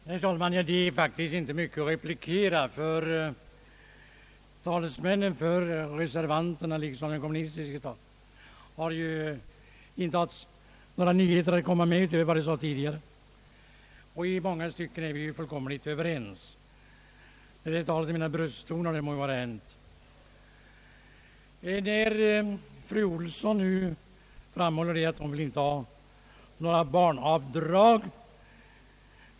Herr talman! Det finns faktiskt inte mycket att replikera ty talesmännen för reservanterna liksom den kommunistiske talesmannen har ju inte haft några nyheter att komma med utöver vad de sagt tidigare. I många stycken är vi fullkomligt överens, trots talet om mina brösttoner. Fru Olsson framhåller att hon inte vill ha några barnavdrag.